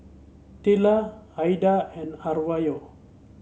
Tilla Aida and Arvo